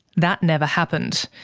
that never happened.